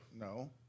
No